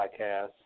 podcast